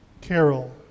Carol